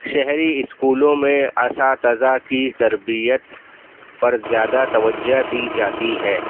شہری اسکولوں میں اساتذہ کی تربیت پر زیادہ توجہ دی جاتی ہے